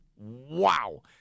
Wow